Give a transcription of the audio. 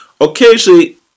Occasionally